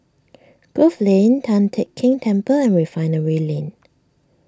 Grove Lane Tian Teck Keng Temple and Refinery Lane